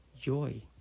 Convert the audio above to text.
joy